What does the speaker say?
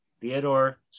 Theodore